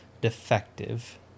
defective